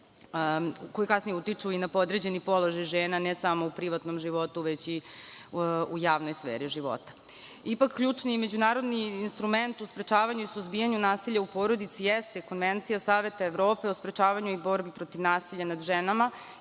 koji kasnije utiču i na podređeni položaj žena, ne samo u privatnom životu, već i u javnoj sferi života. Ipak, ključni međunarodni instrument u sprečavanju i suzbijanju nasilja u porodici jeste Konvencija Saveta Evrope o sprečavanju i borbi protiv nasilja nad ženama